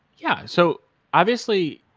yeah. so obviously,